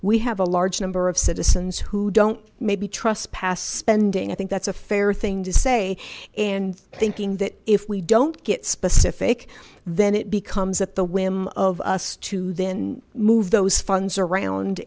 we have a large number of citizens who don't maybe trust past spending i think that's a fair thing to say and thinking that if we don't get specific then it becomes at the whim of us to then move those funds around